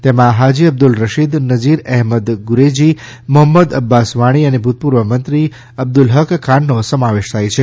તેમાં ફાજી અબ્દુલ રશીદનજીર અહેમદ ગુરેજી મહંમદ અબ્બાસ વાણી અને ભૂતપૂર્વમંત્રી અબ્દુલ હક ખાનનો સમાવેશ થાય છે